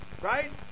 right